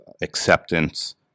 acceptance